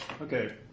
Okay